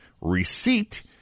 receipt